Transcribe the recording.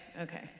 Okay